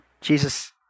Jesus